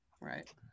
Right